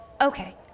Okay